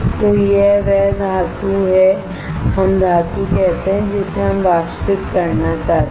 तो यह वह धातु है हम धातु कहते है जिसे हम वाष्पित करना चाहते हैं